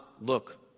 look